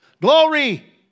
Glory